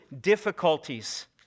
difficulties